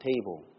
table